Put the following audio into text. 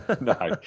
No